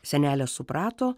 senelė suprato